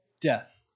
death